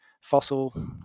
fossil